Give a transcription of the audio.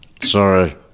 Sorry